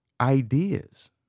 ideas